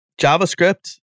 JavaScript